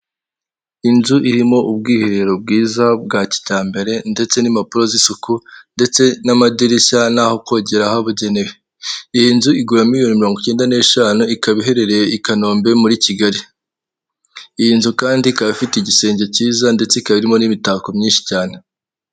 Inyubako ifite ibikuta by'umweru ifite inzugi zikinguye ikaba ifite inzu imigezi y'imibara y'ibyatsi, n'iziri mu ibara ry'umuhondo hejuru hamanitse icyapa kii ibara ry'ubururu kirimo amadarapo y'ubugu n'ubwongereza ndetse n'amerika.